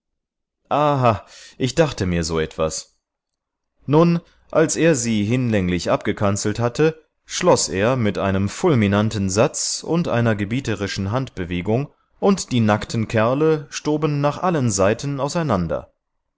aha ich dachte mir so etwas nun als er sie hinlänglich abgekanzelt hatte schloß er mit einem fulminanten satz und einer gebieterischen handbewegung und die nackten kerle stoben nach allen seiten auseinander